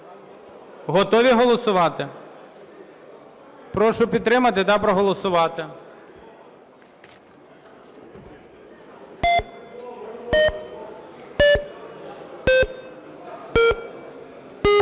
Готові голосувати? Прошу підтримати та проголосувати.